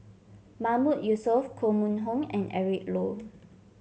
Mahmood Yusof Koh Mun Hong and Eric Low